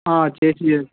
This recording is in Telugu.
చేసి ఎస్